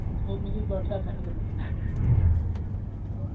ते ओ मिगी व्हाट्सएप्प सेंड करी ओड़ेओ